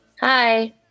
Hi